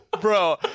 bro